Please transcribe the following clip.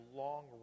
long